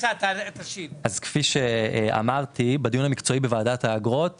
מה הרציונל של האגרה הזאת?